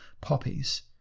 poppies